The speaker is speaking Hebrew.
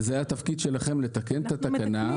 וזה התפקיד שלכם לתקן את התקנה.